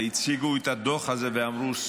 והציגו את הדוח הזה ואמרו,